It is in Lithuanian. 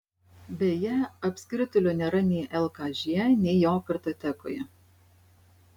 beje apskritulio nėra nei lkž nei jo kartotekoje